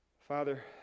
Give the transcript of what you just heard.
Father